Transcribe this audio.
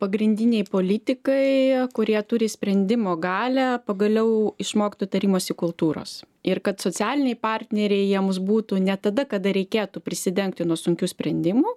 pagrindiniai politikai kurie turi sprendimo galią pagaliau išmoktų tarimosi kultūros ir kad socialiniai partneriai jiems būtų ne tada kada reikėtų prisidengti nuo sunkių sprendimų